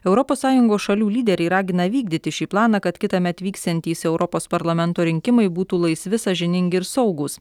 europos sąjungos šalių lyderiai ragina vykdyti šį planą kad kitąmet vyksiantys europos parlamento rinkimai būtų laisvi sąžiningi ir saugūs